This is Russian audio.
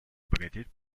обогатить